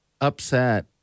upset